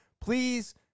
Please